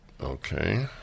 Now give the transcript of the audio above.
Okay